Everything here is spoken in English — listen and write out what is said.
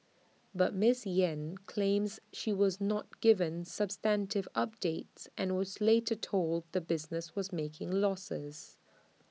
but miss Yen claims she was not given substantive updates and was later told the business was making losses